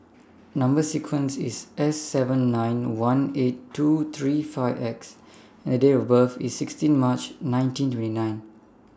Number sequence IS S seven nine one eight two three five X and Date of birth IS sixteen March nineteen twenty nine